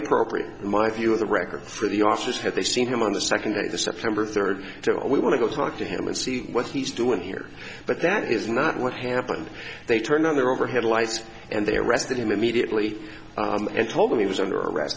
appropriate my view of the record for the officers had they seen him on the second in the september third so we want to go talk to him and see what he's doing here but that is not what happened they turned on their overhead lights and they arrested him immediately and told them he was under a